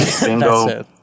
Bingo